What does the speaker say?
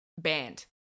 banned